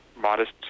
modest